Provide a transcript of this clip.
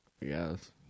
Yes